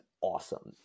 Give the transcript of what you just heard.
awesome